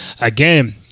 again